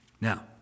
Now